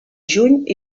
juny